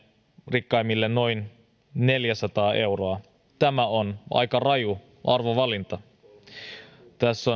rikkaimmille noin neljäsataa euroa tämä on aika raju arvovalinta kun tässä